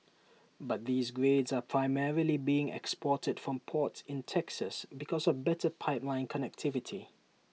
but these grades are primarily being exported from ports in Texas because of better pipeline connectivity